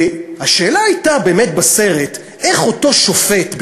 השאלה בסרט הייתה איך באמת אותו שופט,